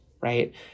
right